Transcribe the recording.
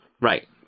Right